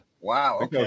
wow